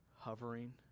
Hovering